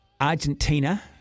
Argentina